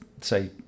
say